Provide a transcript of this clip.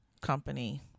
company